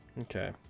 Okay